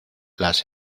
las